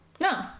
No